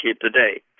today